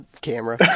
camera